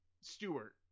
stewart